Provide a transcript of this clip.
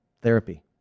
therapy